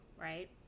right